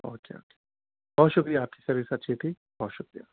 او کے okay بہت شکریہ آپ کی سروس اچھی تھی بہت شکریہ